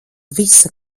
visa